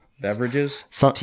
beverages